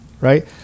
right